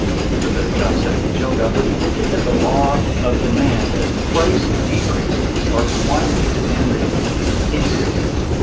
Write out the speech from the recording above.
he does a better job setting the joke up, but it gets at the law of demand. as price decreases our quantity demanded increases.